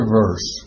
verse